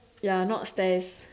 ya not stairs